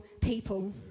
people